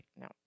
No